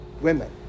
women